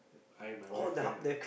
I and my wife friend